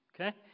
Okay